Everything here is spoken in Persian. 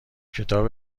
کتاب